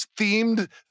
themed